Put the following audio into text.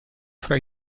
fra